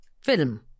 Film